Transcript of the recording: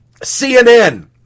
CNN